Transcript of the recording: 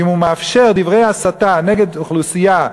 ואם הוא מאפשר דברי הסתה נגד אוכלוסייה,